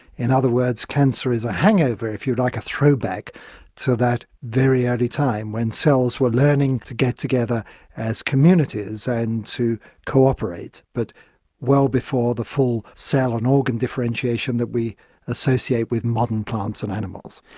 in other words cancer is a hangover if you like, a throwback to that very early time when cells were learning to get together as communities and to cooperate, but well before the full cell and organ differentiation that we associate with modern plants and animals.